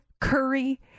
curry